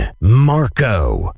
Marco